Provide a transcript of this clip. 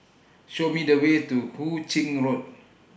Show Me The Way to Hu Ching Road